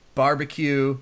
barbecue